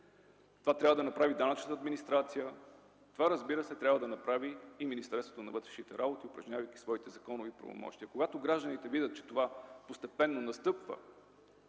Това трябва да направи данъчната администрация. Това трябва да направи и Министерството на вътрешните работи, упражнявайки своите законови правомощия. Когато гражданите видят, че това постепенно настъпва